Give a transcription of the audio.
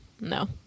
no